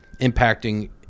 impacting